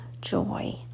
joy